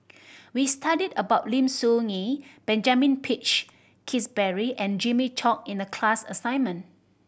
we studied about Lim Soo Ngee Benjamin Peach Keasberry and Jimmy Chok in the class assignment